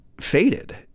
faded